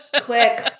Quick